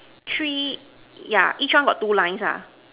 three yeah each one got two lines ah